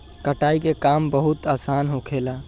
कटाई के काम बहुत आसान होखेला